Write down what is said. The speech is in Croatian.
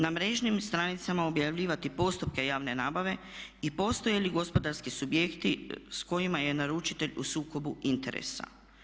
Na mrežnim stranicama objavljivati postupke javne nabave i postoje li gospodarski subjekti s kojima je naručitelj u sukobu interesa.